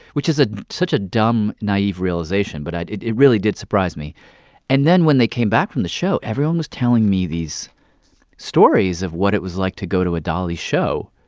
which is ah such a dumb, naive realization. but it it really did surprise me and then when they came back from the show, everyone was telling me these stories of what it was like to go to a dolly show,